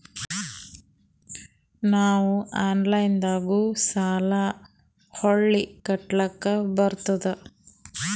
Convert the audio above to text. ನಾವು ಆನಲೈನದಾಗು ಸಾಲ ಹೊಳ್ಳಿ ಕಟ್ಕೋಲಕ್ಕ ಬರ್ತದ್ರಿ?